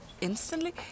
instantly